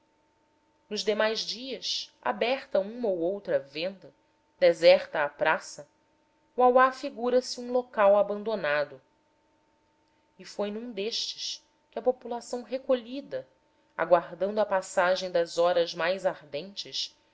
nos demais dias aberta uma ou outra venda deserta a praça uauá figura se um local abandonado e foi num destes que a população recolhida aguardando a passagem das horas mais ardentes